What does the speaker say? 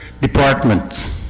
departments